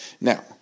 Now